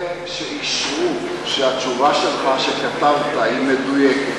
אלה שאישרו שהתשובה שלך שכתבת היא מדויקת,